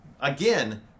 again